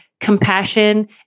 compassion